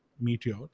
meteor